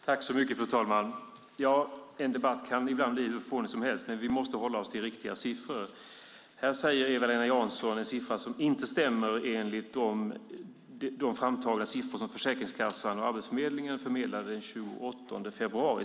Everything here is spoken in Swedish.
Fru talman! Debatter kan ibland bli hur fåniga som helst, men vi måste hålla oss till riktiga siffror. Här nämner Eva-Lena Jansson en siffra som inte stämmer med de siffror som Försäkringskassan och Arbetsförmedlingen förmedlade den 28 februari.